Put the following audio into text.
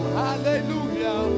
hallelujah